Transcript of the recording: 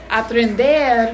aprender